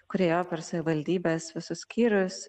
kuri ėjo per savivaldybės visus skyrius